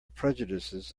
prejudices